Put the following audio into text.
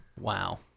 Wow